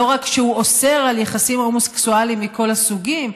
לא רק שהוא אוסר על יחסים הומוסקסואליים מכל הסוגים,